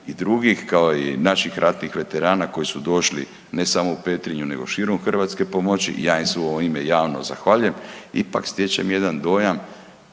i drugih kao i naših ratnih veterana koji su došli ne samo u Petrinju nego širom Hrvatske pomoći, ja im se u svoje ime javno zahvaljujem, ipak stječem jedan dojam